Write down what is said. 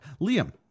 Liam